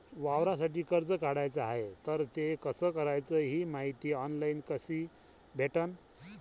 वावरासाठी कर्ज काढाचं हाय तर ते कस कराच ही मायती ऑनलाईन कसी भेटन?